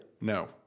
No